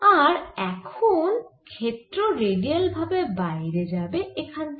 আর এখন ক্ষেত্র রেডিয়াল ভাবে বাইরে যাবে এখান থেকে